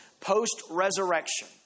post-resurrection